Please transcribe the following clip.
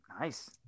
Nice